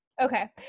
okay